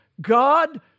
God